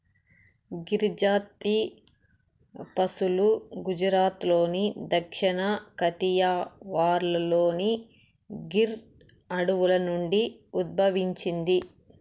గిర్ జాతి పసులు గుజరాత్లోని దక్షిణ కతియావార్లోని గిర్ అడవుల నుండి ఉద్భవించింది